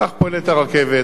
כך פועלת הרכבת.